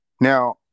Now